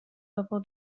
level